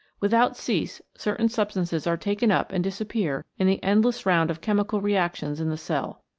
without cease certain substances are taken up and disappear in the endless round of chemical reactions in the cell.